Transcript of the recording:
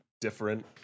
different